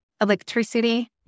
electricity